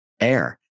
air